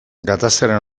gatazkaren